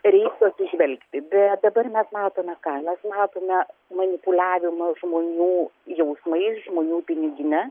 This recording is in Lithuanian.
reiktų atsižvelgti bet dabar mes matome ką mes matome manipuliavimą žmonių jausmais žmonių pinigine